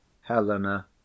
Helena